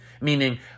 meaning